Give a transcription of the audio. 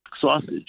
sausage